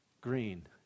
green